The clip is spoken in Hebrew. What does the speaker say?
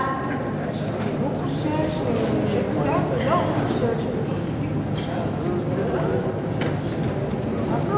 ההצעה להעביר את הצעת חוק העונשין (תיקון,